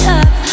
up